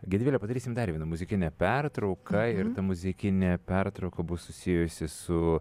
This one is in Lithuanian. gedvile padarysim dar vieną muzikinę pertrauką ir ta muzikinė pertrauka bus susijusi su